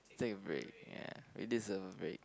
take a break ya we deserve a break